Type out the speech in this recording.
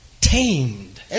tamed